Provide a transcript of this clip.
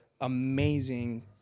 amazing